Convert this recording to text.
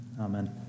amen